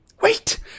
Wait